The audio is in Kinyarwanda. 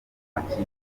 b’amakipe